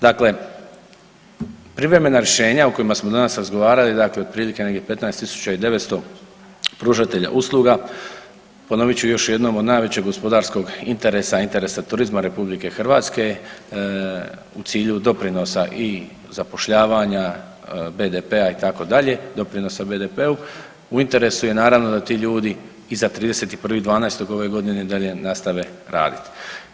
Dakle, privremena rješenja o kojima smo danas razgovarali, dakle otprilike negdje 15.900 pružatelja usluga, ponovit ću još jednom od najvećeg gospodarskog interesa, interesa turizma RH u cilju doprinosa i zapošljavanja, BDP-a itd., doprinosa BDU-u, u interesu je naravno da ti ljudi iza 31.12. ove godine i dalje nastave raditi.